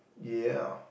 ya